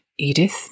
Edith